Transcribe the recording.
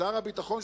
שר הביטחון,